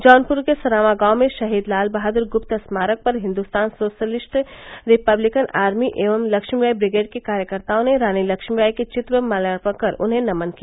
जौनपुर के सरांवा गांव में शहीद लाल बहादुर गुप्त स्मारक पर हिन्दुस्तान सोशलिस्ट रिपब्लिकन आर्मी एवं लक्ष्मीबाई ब्रिगेड के कार्यकर्ताओं ने रानी लक्ष्मीबाई के चित्र पर माल्यार्पण कर उन्हें नमन किया